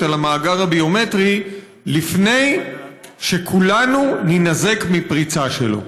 על המאגר הביומטרי לפני שכולנו נינזק מפריצה שלו.